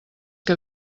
que